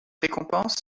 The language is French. récompense